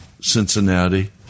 Cincinnati